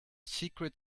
secret